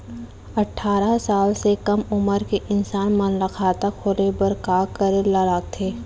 अट्ठारह साल से कम उमर के इंसान मन ला खाता खोले बर का करे ला लगथे?